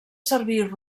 servir